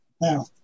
now